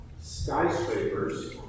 skyscrapers